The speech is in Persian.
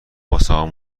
واسمون